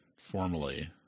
formally